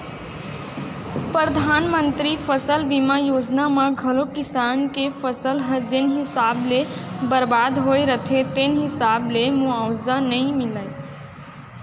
परधानमंतरी फसल बीमा योजना म घलौ किसान के फसल ह जेन हिसाब ले बरबाद होय रथे तेन हिसाब ले मुवावजा नइ मिलय